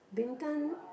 Bintan